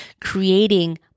creating